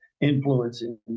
influencing